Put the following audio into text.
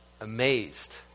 amazed